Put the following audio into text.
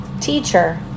teacher